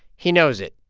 he knows it.